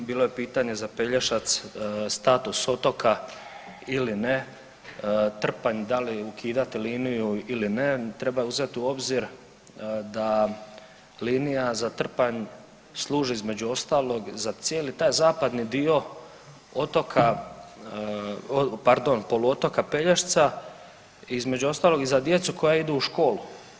Bilo je pitanje za Pelješac, status otoka ili ne, Trpanj da li ukidati liniju ili ne, treba uzeti u obzir da linija za Trpanj služi između ostalog za cijeli taj zapadni dio otoka, pardon poluotoka Pelješca, između ostalog i za djecu koja idu u školu.